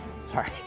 sorry